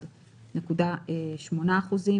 "221.8%".